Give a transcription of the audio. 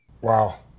Wow